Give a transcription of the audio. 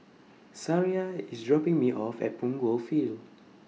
Sariah IS dropping Me off At Punggol Field